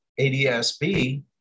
ADSB